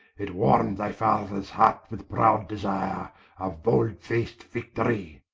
it warm'd thy fathers heart with prowd desire of bold-fac't victorie.